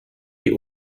die